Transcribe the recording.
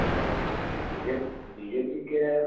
तऽ B J P बीजेपीके